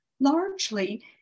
largely